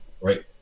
Right